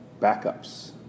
Backups